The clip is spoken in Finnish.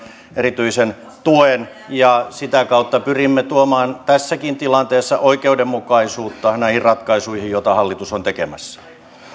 erityisen tuen ja sitä kautta pyrimme tuomaan tässäkin tilanteessa oikeudenmukaisuutta näihin ratkaisuihin joita hallitus on tekemässä